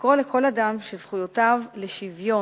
לקרוא לכל אדם שזכויותיו לשוויון